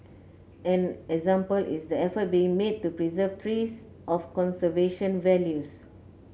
an example is the effort being made to preserve trees of conservation values